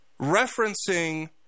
referencing